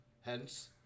Hence